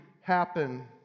happen